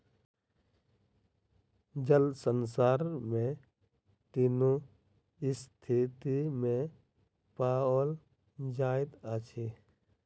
जल संसार में तीनू स्थिति में पाओल जाइत अछि